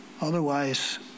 Otherwise